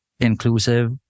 inclusive